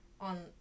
on